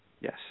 Yes